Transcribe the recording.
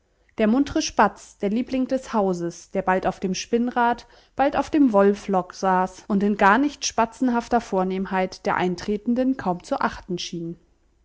der muntre spatz der liebling des hauses der bald auf dem spinnrad bald auf dem wollflock saß und in gar nicht spatzenhafter vornehmheit der eintretenden kaum zu achten schien